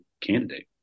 candidate